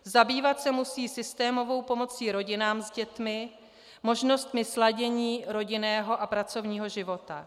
Zabývat se musí systémovou pomocí rodinám s dětmi, možnostmi sladění rodinného a pracovního života.